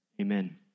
Amen